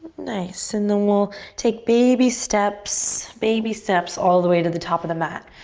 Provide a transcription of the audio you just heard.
nice, and then we'll take baby steps, baby steps all the way to the top of the mat.